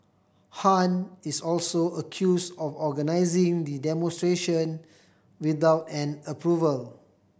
Han is also accused of organising the demonstration without an approval